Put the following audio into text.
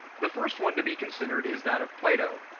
the first one to be considered is that of plato.